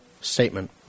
statement